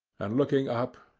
and looking up,